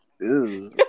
Ew